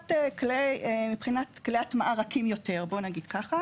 שכותרתו: רפורמת הרישוי הדיפרנציאלי תיקון מס' 34